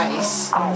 ice